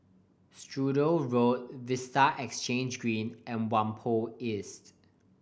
Sturdee Road Vista Exhange Green and Whampoa East